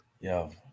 Yo